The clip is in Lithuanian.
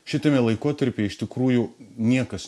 šitame laikotarpyje iš tikrųjų niekas